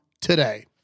today